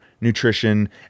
nutrition